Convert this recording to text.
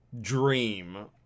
dream